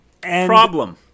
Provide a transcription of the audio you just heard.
problem